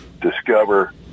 discover